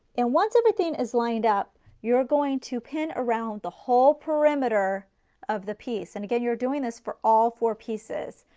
and once everything is lined up you're going to pin around the whole perimeter of the piece and again you're doing this for all four pieces.